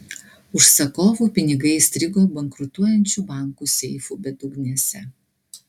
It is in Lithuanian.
užsakovų pinigai įstrigo bankrutuojančių bankų seifų bedugnėse